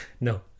No